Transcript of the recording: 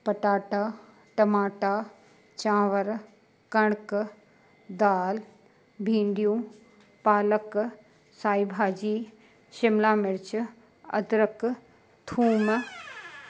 पटाटा टमाटा चांवर कणक दाल भीडियूं पालक साई भाॼी शिमला मिर्च अदरक थूम